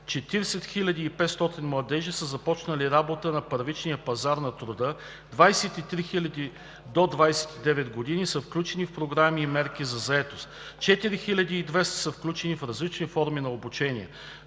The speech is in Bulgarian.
40 500 младежи са започнали работа на първичния пазар на труда, 23 000 до 29 години са включени в програми и мерки за заетост, 4200 са включени в различни форми на обучение.